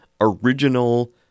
original